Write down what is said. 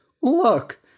Look